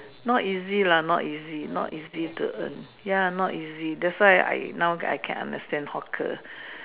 not easy lah not easy not easy to earn ya not easy that's why I now I can understand hawker